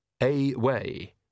a-way